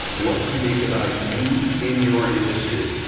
what's unique about you in your industry?